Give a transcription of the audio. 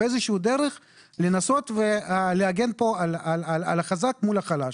באיזושהי דרך לנסות ולהגן פה על החזק מול החלש,